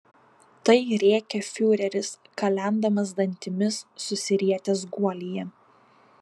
tai rėkė fiureris kalendamas dantimis susirietęs guolyje